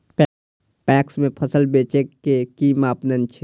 PACS में फसल बेचे के कि मापदंड छै?